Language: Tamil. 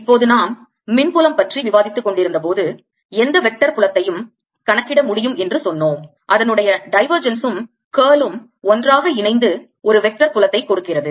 இப்போது நாம் மின் புலம் பற்றி விவாதித்துக் கொண்டிருந்தபோது எந்த வெக்டர் புலத்தையும் கணக்கிடமுடியும் என்று சொன்னோம் அதனுடைய divergence ம் curl ம் ஒன்றாக இணைந்து ஒரு வெக்டர் புலத்தை கொடுக்கிறது